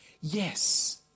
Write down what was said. Yes